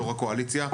יו"ר הקואליציה,